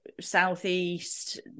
southeast